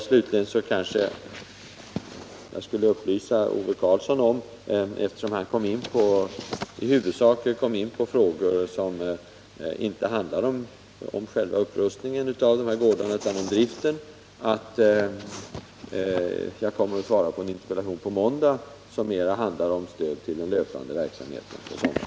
Slutligen vill jag upplysa Ove Karlsson, som i huvudsak kom in på frågor som inte gäller upprustningen av lägeroch sommargårdar utan driften av dessa, om att jag på måndag kommer att svara på en interpellation som mera handlar om stöd till den löpande verksamheten i sådana sammanhang.